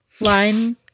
line